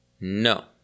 No